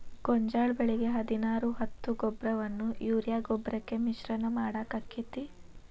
ಗೋಂಜಾಳ ಬೆಳಿಗೆ ಹದಿನಾರು ಹತ್ತು ಗೊಬ್ಬರವನ್ನು ಯೂರಿಯಾ ಗೊಬ್ಬರಕ್ಕೆ ಮಿಶ್ರಣ ಮಾಡಾಕ ಆಕ್ಕೆತಿ?